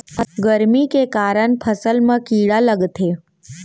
फसल म कीड़ा लगे के का का कारण ह हो सकथे?